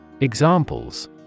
Examples